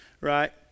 right